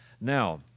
Now